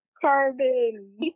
Carbon